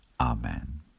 Amen